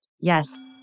Yes